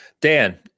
Dan